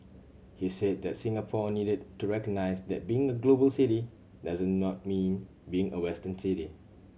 he said that Singapore needed to recognise that being a global city does not mean being a Western city